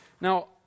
Now